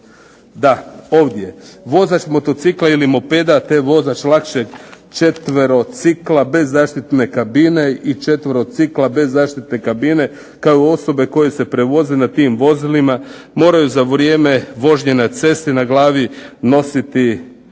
12. ovdje "Vozač motocikla ili mopeda, te vozač lakšeg četverocikla bez zaštitne kabine i četverocikla bez zaštitne kabine, kao i osobe koje se prevoze tim vozilima moraju za vrijeme vožnje na cesti na glavi nositi